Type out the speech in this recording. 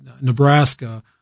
Nebraska